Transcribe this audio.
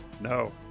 No